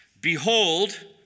behold